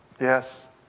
Yes